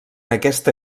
aquesta